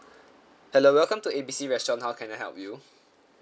hello welcome to A B C restaurant how can I help you